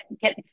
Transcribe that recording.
get